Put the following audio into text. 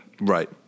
Right